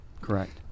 correct